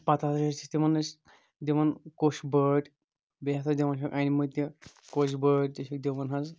پتہٕ ہسا چھِ أسۍ تِمن حظ دِوان کوٚش بٲٹۍ بیٚیہِ ہسا دِوان چھِ أنۍمہٕ تہِ کوٚش بٲٹۍ تہِ چھِکھ دِوان حظ